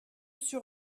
sur